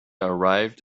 arrived